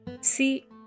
See